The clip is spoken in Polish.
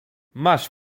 masz